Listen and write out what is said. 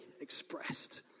expressed